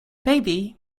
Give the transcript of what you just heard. baby